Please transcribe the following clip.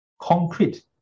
Concrete